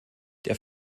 der